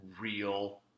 real